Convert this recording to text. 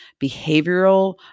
behavioral